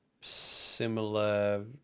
similar